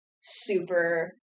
super